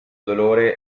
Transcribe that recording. dolore